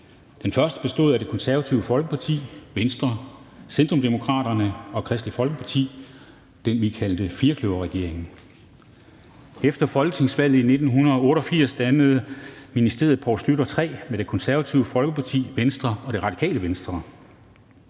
Den første bestod af Det Konservative Folkeparti, Venstre, Centrum-Demokraterne og Kristeligt Folkeparti, den, vi kaldte firkløverregeringen. Efter folketingsvalget i 1988 dannedes Ministeriet Poul Schlüter III med Det Konservative Folkeparti, Venstre og Det Radikale Venstre.